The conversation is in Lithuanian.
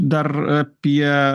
dar apie